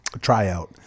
tryout